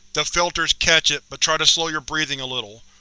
the filters catch it, but try to slow your breathing a little.